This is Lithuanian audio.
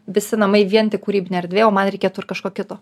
visi namai vien tik kūrybinė erdvė o man reikėtų ir kažko kito